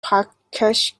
prakash